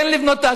כן לבנות,